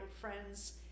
friends